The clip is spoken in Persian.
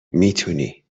میتونی